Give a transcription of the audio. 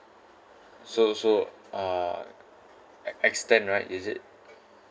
so so uh e~ extend right is it